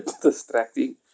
distracting